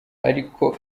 ariko